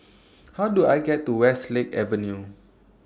How Do I get to Westlake Avenue